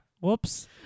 Whoops